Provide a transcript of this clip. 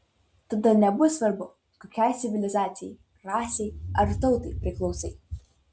tada nebus svarbu kokiai civilizacijai rasei ar tautai priklausai